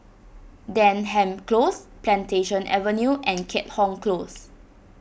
Denham Close Plantation Avenue and Keat Hong Close